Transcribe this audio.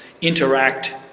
interact